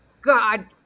God